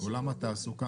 ההון האנושי,